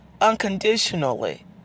unconditionally